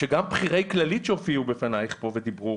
שגם בכירי כללית שהופיעו פה בפנייך ודיברו,